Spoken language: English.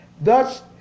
Thus